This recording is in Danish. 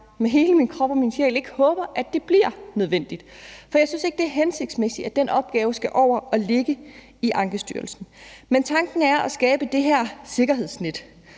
med hele min krop og sjæl håber, at det ikke bliver nødvendigt, for jeg synes ikke, det er hensigtsmæssigt, at den opgave skal over og ligge i Ankestyrelsen. Så er spørgsmålet: Hvor sikkert er sikkerhedsnettet